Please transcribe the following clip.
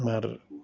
আমাৰ